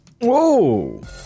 Whoa